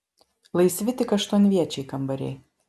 laisvi tik aštuonviečiai kambariai